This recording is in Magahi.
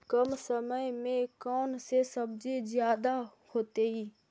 कम समय में कौन से सब्जी ज्यादा होतेई?